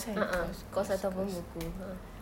a'ah course ataupun buku a'ah